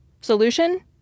Solution